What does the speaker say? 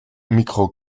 micro